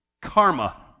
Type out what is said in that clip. karma